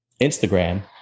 Instagram